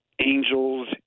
Angels